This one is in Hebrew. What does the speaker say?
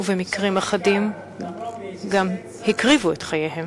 ובמקרים אחדים גם הקריבו את חייהם,